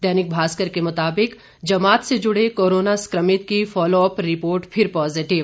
दैनिक भास्कर के मुताबिक जमात से जुड़े कोरोना संक्रमित की फॉलोअप रिपोर्ट फिर पॉजिटिव